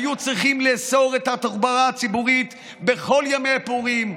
היו צריכים לאסור את התחבורה הציבורית בכל ימי פורים,